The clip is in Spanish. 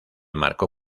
marcó